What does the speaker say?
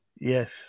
yes